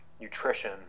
nutrition